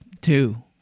two